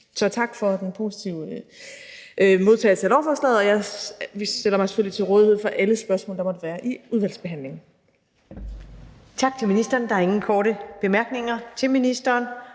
Så tak for den positive modtagelse af lovforslaget. Vi stiller os selvfølgelig til rådighed for alle spørgsmål, der måtte være, i udvalgsbehandlingen. Kl. 19:30 Første næstformand (Karen Ellemann): Tak til ministeren.